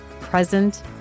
present